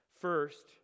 First